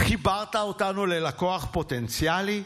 חיברת אותנו ללקוח פוטנציאלי?